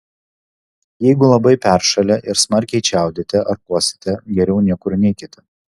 jeigu labai peršalę ir smarkiai čiaudite ar kosite geriau niekur neikite